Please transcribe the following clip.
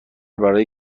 برای